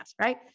right